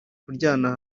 kuryana